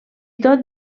tot